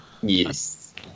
yes